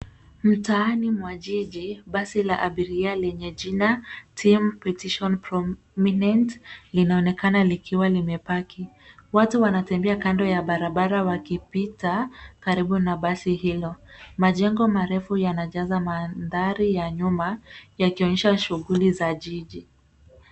Mtaani mwa jiji, basi la abiria lenye jina team petition prominent linaonekana likiwa limepaki. Watu wanatembea kando ya barabara wakipita karibu na basi hilo. Majengo marefu yanajaza mandhari ya nyuma, yakionyesha shughuli za jiji.